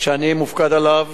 שאני מופקד עליו